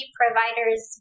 providers